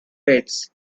pits